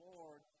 Lord